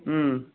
ওম